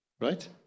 right